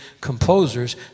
composers